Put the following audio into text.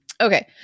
okay